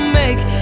make